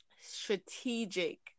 strategic